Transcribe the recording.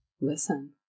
listen